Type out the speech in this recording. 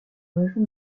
région